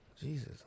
Jesus